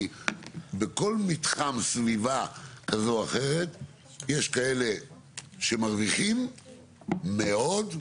כי בכל מתחם סביבה כזו או אחרת יש כאלה שמרוויחים מאוד,